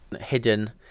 hidden